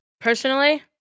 Personally